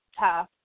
Tough